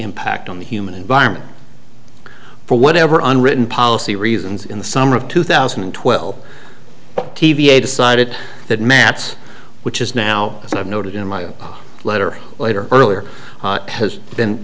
impact on the human environment for whatever unwritten policy reasons in the summer of two thousand and twelve t v a decided that matz which is now as i've noted in my letter later earlier has been